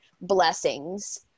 blessings